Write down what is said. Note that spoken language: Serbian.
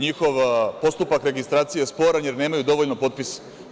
NJihov postupak registracije je sporan jer nemaju dovoljno potpisa.